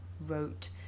wrote